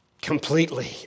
completely